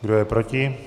Kdo je proti?